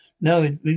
No